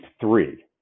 three